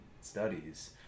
studies